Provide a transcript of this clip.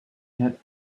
had